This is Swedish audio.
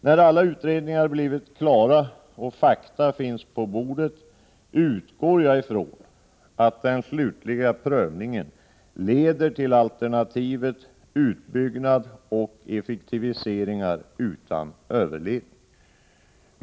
När alla utredningar blivit klara och fakta finns på bordet utgår jag ifrån att den slutliga prövningen leder till alternativet utbyggnad och effektiviseringar utan överledning. Herr talman!